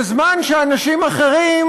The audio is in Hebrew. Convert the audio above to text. בזמן שאנשים אחרים,